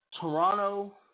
Toronto